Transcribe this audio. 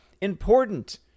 important